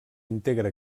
integra